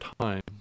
time